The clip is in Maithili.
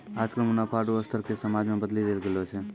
आजकल मुनाफा रो स्तर के समाज मे बदली देल गेलो छै